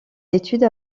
l’étude